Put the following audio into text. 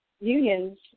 unions